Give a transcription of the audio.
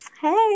hey